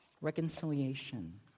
reconciliation